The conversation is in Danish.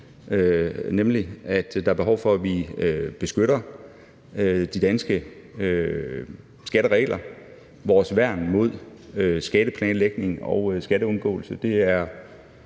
nemlig at der er behov for, at vi beskytter de danske skatteregler – vores værn mod skatteplanlægning og skatteundgåelse.